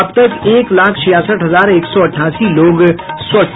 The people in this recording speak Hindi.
अब तब एक लाख छियासठ हजार एक सौ अठासी लोग स्वस्थ